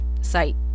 site